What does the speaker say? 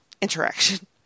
interaction